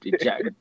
jack